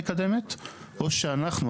או שאנחנו,